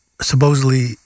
supposedly